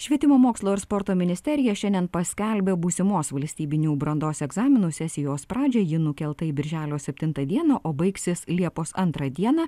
švietimo mokslo ir sporto ministerija šiandien paskelbė būsimos valstybinių brandos egzaminų sesijos pradžią ji nukelta į birželio septuntą dieną o baigsis liepos antrą dieną